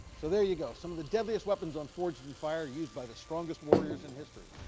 so there you go. some of the deadliest weapons on forged in fire used by the strongest warriors in history.